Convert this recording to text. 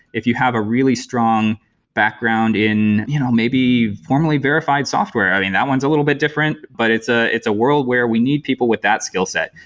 if you have a really strong background in you know maybe formally verified software, i mean, that's one's a little bit different, but it's ah it's a world where we need people with that skillset.